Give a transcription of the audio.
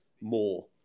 more